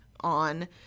on